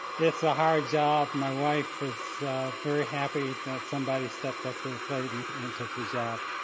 it's a hard job. my wife is very happy that somebody stepped up to the plate and and took the job.